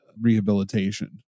rehabilitation